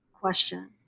question